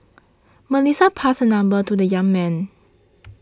Melissa passed her number to the young man